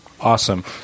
Awesome